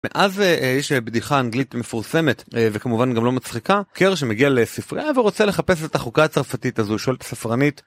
מאז יש בדיחה אנגלית מפורסמת וכמובן גם לא מצחיקה, חוקר שמגיע לספרייה ורוצה לחפש את החוקה הצרפתית הזו, שואל את הספרנית.